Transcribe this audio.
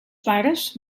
pares